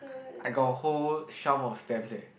I got a whole shelf of stamps eh